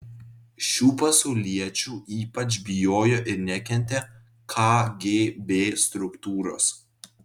šių pasauliečių ypač bijojo ir nekentė kgb struktūros